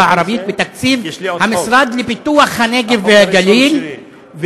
הערבית בתקציב המשרד לפיתוח הנגב והגליל?